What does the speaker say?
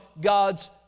God's